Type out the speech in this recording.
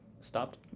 stopped